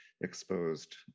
exposed